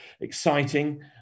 exciting